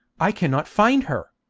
i cannot find her!